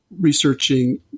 researching